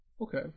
Okay